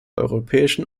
europäischen